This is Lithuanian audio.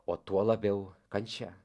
o tuo labiau kančia